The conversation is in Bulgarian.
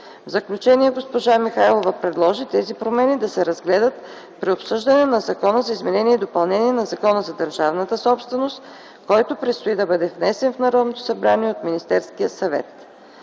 В заключение госпожа Михайлова предложи тези промени да се разглеждат при обсъждането на Закона за изменение и допълнение на Закона за държавната собственост, който предстои да бъде внесен в Народното събрание от Министерския съвет.